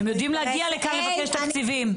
הם יודעים להגיע לכאן לבקש תקציבים.